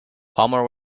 palmer